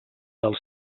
del